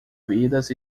vidas